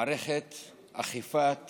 מערכת אכיפת